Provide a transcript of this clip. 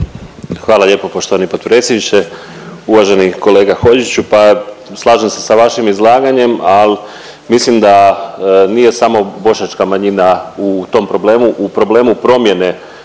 Hvala lijepo poštovani potpredsjedniče. Uvaženi kolega Hodžiću, pa slažem se sa vašim izlaganjem, al mislim da nije samo bošnjačka manjina u tom problemu u problemu promjene